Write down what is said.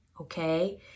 okay